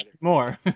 more